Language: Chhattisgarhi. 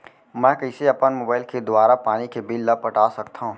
मैं कइसे अपन मोबाइल के दुवारा पानी के बिल ल पटा सकथव?